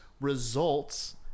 results